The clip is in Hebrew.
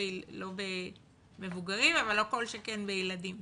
לא במבוגרים ולא כל שכן בילדים.